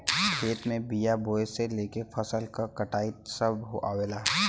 खेत में बिया बोये से लेके फसल क कटाई सभ आवेला